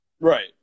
Right